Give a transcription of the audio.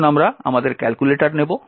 এখন আমরা আমাদের ক্যালকুলেটর নেব